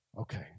Okay